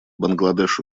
бангладеш